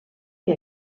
que